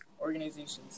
organizations